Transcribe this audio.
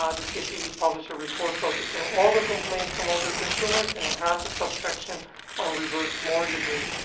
um the cfpb published a report focused on all the complaints from older consumers, and it has a subsection on reverse mortgages.